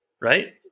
right